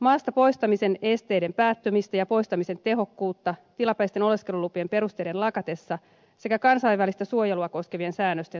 maastapoistamisen esteiden päättymistä ja poistamisen tehokkuutta tilapäisten oleskelulupien perusteiden lakatessa sekä kansainvälistä suojelua koskevien säännösten soveltamista